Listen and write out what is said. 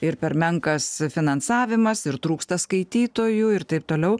ir per menkas finansavimas ir trūksta skaitytojų ir taip toliau